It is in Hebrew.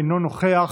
אינו נוכח,